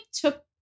took